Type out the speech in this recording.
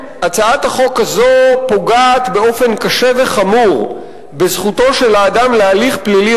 הצעת החוק הזאת פוגעת באופן קשה וחמור בזכותו של אדם להליך פלילי